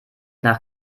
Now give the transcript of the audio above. nach